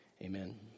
Amen